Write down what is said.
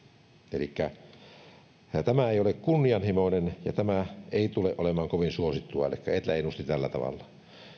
elikkä tämä ei ole kunnianhimoinen ja tämä ei tule olemaan kovin suosittua etla ennusti tällä tavalla